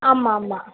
ஆமாம் ஆமாம்